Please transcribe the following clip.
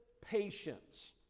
patience